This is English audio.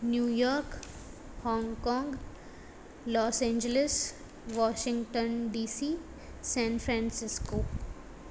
New York Hong Kong Los Angeles Washington DC San Francisco